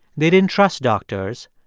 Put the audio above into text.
they didn't trust doctors.